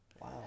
Wow